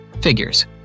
Figures